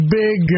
big